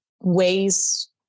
ways